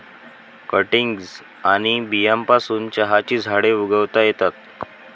cuttings आणि बियांपासून चहाची झाडे उगवता येतात